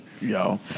Yo